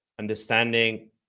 Understanding